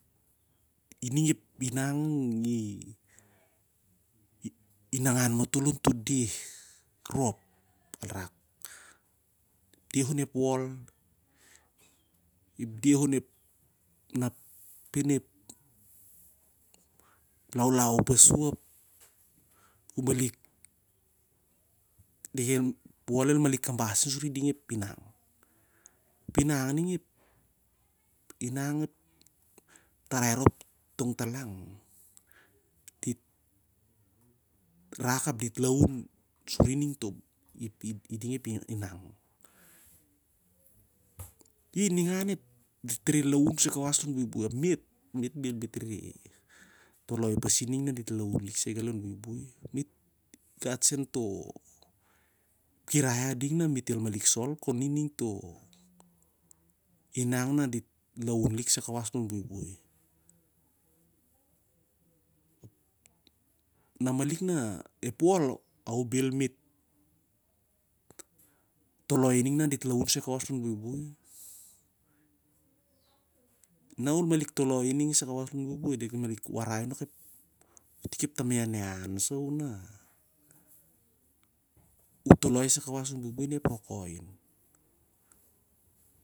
Iring ep iriang i mangan matol on to deh rop el rak. Deh onp wol, deh onep peh nep laulau pasu ap ku maolik, dekel, ep wol el malik kabah sah suri ding ep inang. Ep inang ning ep tarai rop tongtalang dit rak ap dit laun on iding ep inang. Ningan dit rehreh laun sai kawas lon buibui ap me't bhel me't toloi pasi ning na dit laun lik sai gali lon buibui. Ep kirai ading na me't el malik sol keni to inang na dit rehreh laun lik sai kaawas long buibui. Na malik na ep wol, a woh bhel, me't malik toloi ning na dit laun soi kawas long buibui, na ol malilk toloi ining sai kawas lon buibui ap del malik warai u nak u ep tam ianian sa u na u toloi sai kawas log buibui na ep rokoi in-